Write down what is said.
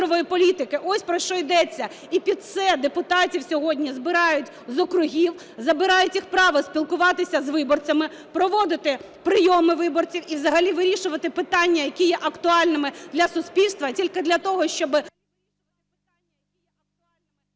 Ось про що йдеться. І під це депутатів сьогодні збирають з округів, забирають їх право спілкуватися з виборцями, проводити прийоми виборців і взагалі вирішувати питання, які є актуальними для суспільства, тільки для того, щоб…